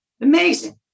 amazing